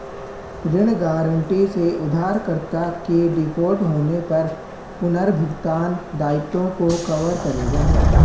ऋण गारंटी से उधारकर्ता के डिफ़ॉल्ट होने पर पुनर्भुगतान दायित्वों को कवर करेगा